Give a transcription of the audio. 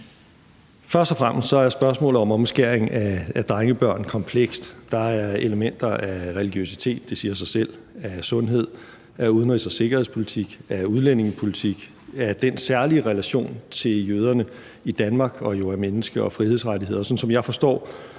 Først og fremmest er spørgsmålet om omskæring af drengebørn komplekst. Der er elementer af religiøsitet – det siger sig selv – af sundhed, af udenrigs- og sikkerhedspolitik, af udlændingepolitik, af den særlige relation til jøder i Danmark og af menneske- og frihedsrettighederne. Sådan, som jeg forstår